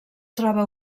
troba